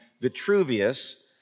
Vitruvius